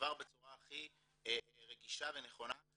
שתועבר בצורה הכי רגישה ונכונה,